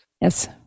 Yes